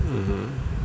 mmhmm